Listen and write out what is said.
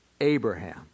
Abraham